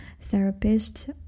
therapist